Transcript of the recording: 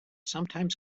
sometimes